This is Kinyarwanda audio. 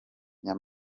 nya